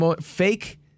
fake